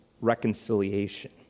reconciliation